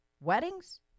weddings